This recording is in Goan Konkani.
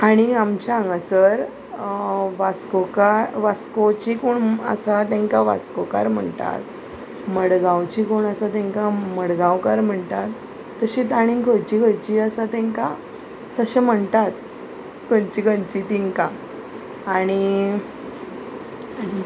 आणी आमच्या हांगासर वास्कोकार वास्कोची कोण आसा तेंकां वास्कोकार म्हणटात मडगांवची कोण आसा तेंकां मडगांवकार म्हणटात तशीत आणी खंयची खंयची आसा तेंकां तशें म्हणटात खंयची खंयची तेंकां आणी आणी